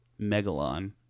Megalon